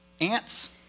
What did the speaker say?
ants